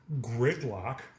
Gridlock